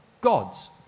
gods